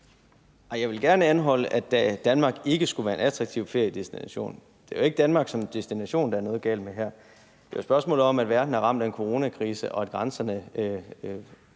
Jeg vil gerne anholde det med, at Danmark ikke skulle være en attraktiv feriedestination. Det er jo ikke Danmark som destination, der er noget galt med her. Det er jo spørgsmålet om, at verden er ramt af en coronakrise, og at grænserne